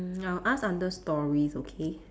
mm I'll ask under stories okay